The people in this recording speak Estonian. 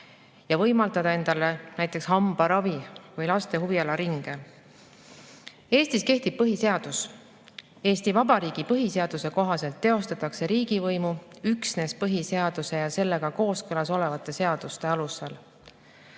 ja võimaldada endale näiteks hambaravi või lastele huvialaringe. Eestis kehtib põhiseadus. Eesti Vabariigi põhiseaduse kohaselt teostatakse riigivõimu üksnes põhiseaduse ja sellega kooskõlas olevate seaduste alusel. Vaatame